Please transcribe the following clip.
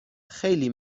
خیلی